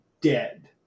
dead